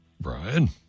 Brian